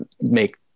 make